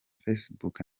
facebook